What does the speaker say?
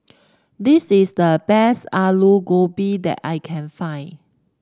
this is the best Alu Gobi that I can find